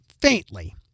faintly